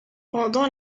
pendant